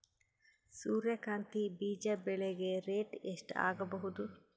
ಸೂರ್ಯ ಕಾಂತಿ ಬೀಜ ಬೆಳಿಗೆ ರೇಟ್ ಎಷ್ಟ ಆಗಬಹುದು?